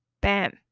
Bam